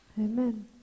amen